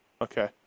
okay